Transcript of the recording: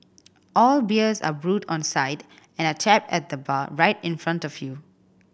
all beers are brewed on site and are tapped at the bar right in front of you